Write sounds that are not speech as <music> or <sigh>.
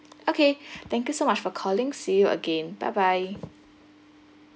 okay <breath> thank you so much for calling see you again bye bye